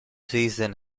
season